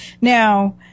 Now